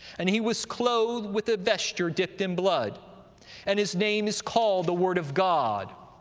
and he was clothed with a vesture dipped in blood and his name is called the word of god.